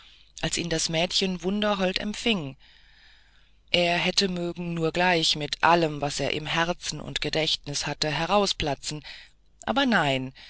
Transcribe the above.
als ihn das mädchen wunderhold empfing er hätte mögen nur gleich mit allem was er im herzen und gedächtnis hatte herausplatzen aber nein